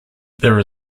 there